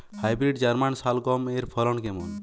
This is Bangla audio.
হাইব্রিড জার্মান শালগম এর ফলন কেমন?